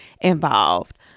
involved